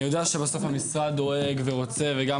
אני יודע שבסוף המשרד דואג ורוצה וגם